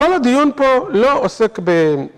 ‫כל הדיון פה לא עוסק ב...